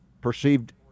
perceived